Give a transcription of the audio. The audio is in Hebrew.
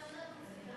המצב שלנו מצוין.